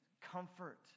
comfort